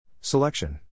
Selection